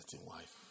wife